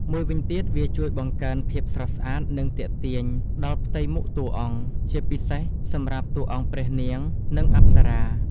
មួយវិញទៀតវាជួយបង្កើនភាពស្រស់ស្អាត និងទាក់ទាញ ដល់ផ្ទៃមុខតួអង្គ ជាពិសេសសម្រាប់តួអង្គព្រះនាង និងអប្សរា។